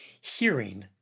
hearing